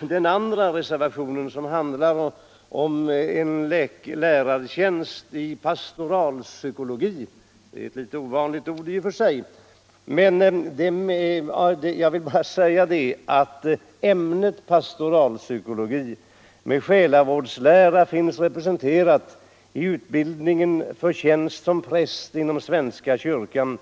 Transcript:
Den andra reservationen handlar om en lärartjänst i pastoralpsykologi. Ämnet pastoralpsykologi med själavårdslära finns representerat i utbildningen för tjänst som präst inom svenska kyrkan.